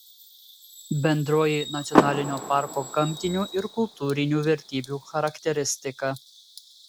bendroji nacionalinio parko gamtinių ir kultūrinių vertybių charakteristika